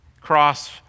cross